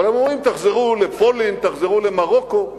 אבל הם אומרים: תחזרו לפולין, תחזרו למרוקו.